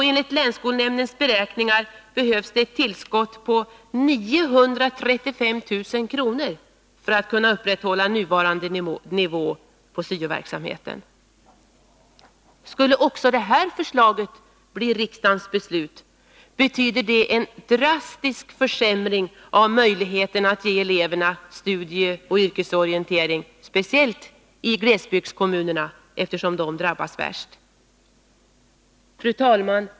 Enligt länsskolnämndens beräkningar behövs ett tillskott på 935 000 kr. för att man skall kunna upprätthålla nuvarande nivå på syo-verksamheten. Skulle också det här förslaget bli riksdagens beslut, betyder det en drastisk försämring av möjligheten att ge eleverna studieoch yrkesorientering, speciellt i glesbygdskommunerna, eftersom de drabbas värst. Fru talman!